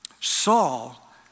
Saul